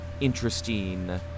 interesting